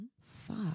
Fuck